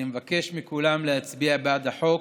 אני מבקש מכולם להצביע בעד החוק.